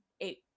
eight